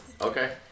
Okay